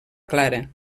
clara